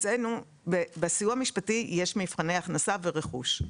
בסיוע המשפטי יש מבחני הכנסה ורכוש.